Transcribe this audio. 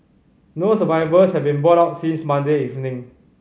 no survivors have been brought out since Monday evening